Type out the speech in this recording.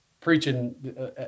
preaching